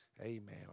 Amen